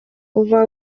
uba